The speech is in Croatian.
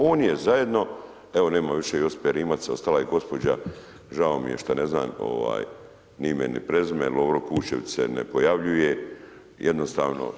On je zajedno, evo nema više Josipe Rimac, ostala je gospođa, žao mi je što ne znam ni ime ni prezime, Lovro Kuščević se ne pojavljuje, jednostavno